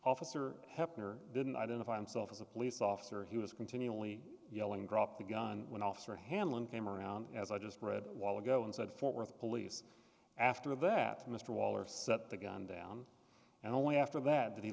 officer heppner didn't identify himself as a police officer he was continually yelling drop the gun went off for hanlon came around as i just read while ago and said fort worth police after that mr waller set the gun down and only after that that he